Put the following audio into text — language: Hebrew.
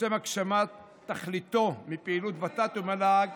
ולשם הגשמת תכליתו, מפעילות ות"ת ומל"ג